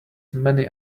many